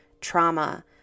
trauma